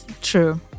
True